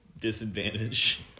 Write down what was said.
disadvantage